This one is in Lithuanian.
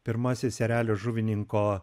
pirmasis erelio žuvininko